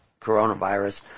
coronavirus